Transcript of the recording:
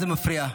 זה מפריע.